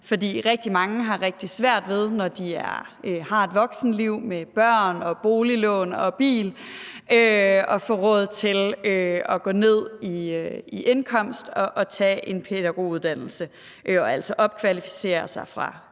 For rigtig mange har rigtig svært ved, når de har et voksenliv med børn, boliglån og bil, at få råd til at gå ned i indkomst og tage en pædagoguddannelse og jo altså opkvalificere sig fra ufaglært